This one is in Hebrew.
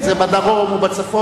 אם זה בדרום או בצפון,